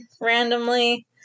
randomly